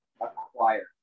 Acquire